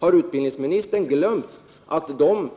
Har utbildningsministern glömt att de ungdomarna,